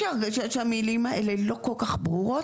יש לי הרגה שהמילים האלה לא כל כך לא ברורות,